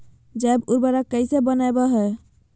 जैव उर्वरक कैसे वनवय हैय?